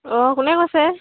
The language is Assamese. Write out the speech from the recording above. অঁ কোনে কৈছে